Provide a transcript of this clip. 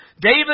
David